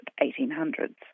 1800s